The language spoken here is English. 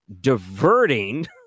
diverting